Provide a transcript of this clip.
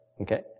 Okay